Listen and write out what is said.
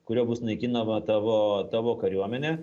kuriuo bus naikinama tavo tavo kariuomenė